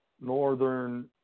Northern